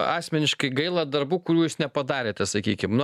asmeniškai gaila darbų kurių jūs nepadarėte sakykim nu